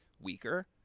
weaker